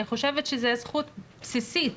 אני חושבת שזה זכות בסיסית